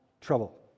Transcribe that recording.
trouble